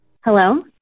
Hello